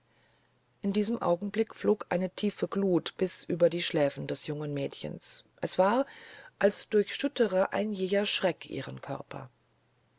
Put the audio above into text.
in diesem augenblick flog eine tiefe glut bis über die schläfen des jungen mädchens es war als durchschüttere ein jäher schrecken ihren körper